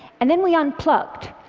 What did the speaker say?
and then we unplugged.